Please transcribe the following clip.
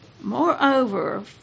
Moreover